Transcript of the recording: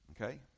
Okay